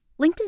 LinkedIn